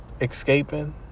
escaping